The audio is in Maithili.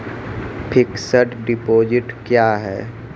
फिक्स्ड डिपोजिट क्या हैं?